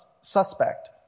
suspect